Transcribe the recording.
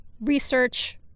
research